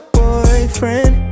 boyfriend